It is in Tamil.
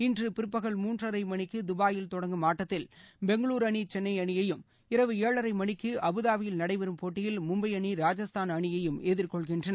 இன்று பிற்பகல் மூன்றரை மணிக்கு துபாயில் தொடங்கும் ஆட்டத்தில் பெங்களுரு அணி சென்னை அணியையும் இரவு ஏழரை மணிக்கு அபுதாபியில் நடைபெறும் போட்டியில் மும்பை அணி ராஜஸ்தான் அணியையும் எதிர்கொள்கின்றன